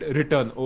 return